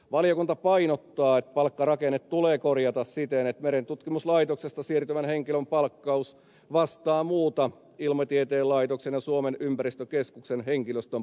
valiokunta painottaa sitä että palkkarakenne tulee korjata siten että merentutkimuslaitoksesta siirtyvän henkilön palkkaus vastaa muun ilmatieteen laitoksen ja suomen ympäristökeskuksen henkilöstön palkkausta